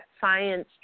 science